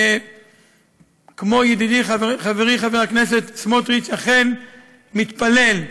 כמו ידידי חברי חבר הכנסת סמוטריץ, אכן מתפלל,